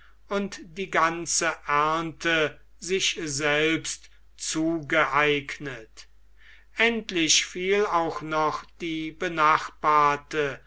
und die ganze ernte sich selbst zugeeignet endlich fiel auch noch die benachbarte